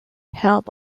help